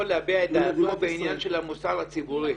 להביע את דעתו בעניין של המוסר הציבורי.